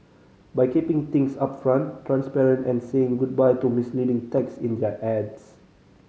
by keeping things upfront transparent and saying goodbye to misleading text in their ads